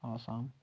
Assam